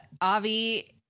avi